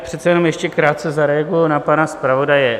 Přece jenom ještě krátce zareaguji na pana zpravodaje.